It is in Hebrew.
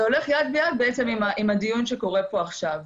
הולך יד ביד עם הדיון שקורה פה עכשיו,